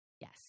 yes